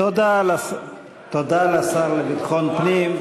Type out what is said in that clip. תודה לשר לביטחון פנים.